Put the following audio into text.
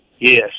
Yes